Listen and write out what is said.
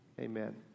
Amen